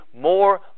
more